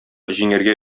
җиңәргә